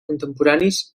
contemporanis